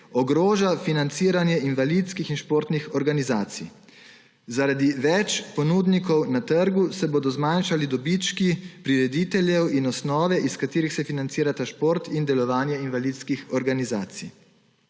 ogroža financiranje invalidskih in športnih organizacij. Zaradi več ponudnikov na trgu se bodo zmanjšali dobički prirediteljev in osnove, iz katerih se financirata šport in delovanje invalidskih organizacij.